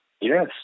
Yes